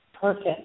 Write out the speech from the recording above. Perfect